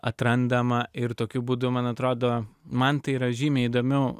atrandama ir tokiu būdu man atrodo man tai yra žymiai įdomiau